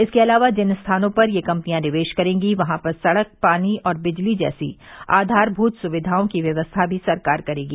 इसके अलावा जिन स्थानों पर यह कम्पनियां निवेश करेंगी वहां पर सड़क पानी और बिजली जैसी आधारमूत सुविधाओं की व्यवस्था भी सरकार करेगी